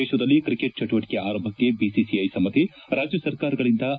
ದೇಶದಲ್ಲಿ ಕ್ರಿಕೆಟ್ ಚಟುವಟಿಕೆ ಆರಂಭಕ್ಕೆ ಬಿಸಿಸಿಐ ಸಮ್ಮತಿ ರಾಜ್ಯ ಸರ್ಕಾರಗಳಿಂದ ು